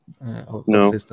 No